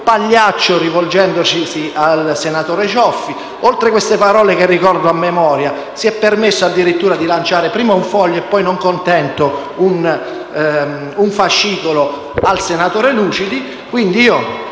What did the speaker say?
«pagliaccio», rivolgendosi al senatore Cioffi. Oltre a queste parole, che ricordo a memoria, si è permesso addirittura di lanciare prima un foglio e poi, non contento, un fascicolo al senatore Lucidi. Signor